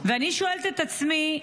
ואני שואלת את עצמי,